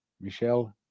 Michelle